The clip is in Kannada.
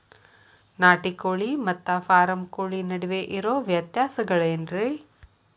ನಾಟಿ ಕೋಳಿ ಮತ್ತ ಫಾರಂ ಕೋಳಿ ನಡುವೆ ಇರೋ ವ್ಯತ್ಯಾಸಗಳೇನರೇ?